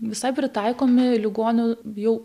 visai pritaikomi ligonių jau